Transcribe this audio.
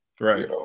Right